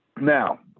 Now